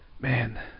Man